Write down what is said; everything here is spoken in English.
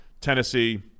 Tennessee